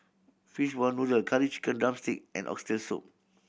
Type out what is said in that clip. fishball noodle Curry Chicken drumstick and Oxtail Soup